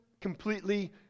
completely